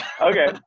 okay